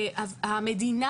המדינה,